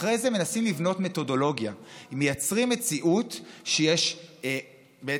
אחרי זה מנסים לבנות מתודולוגיה: מייצרים מציאות שיש ממצאים,